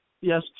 Yes